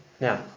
Now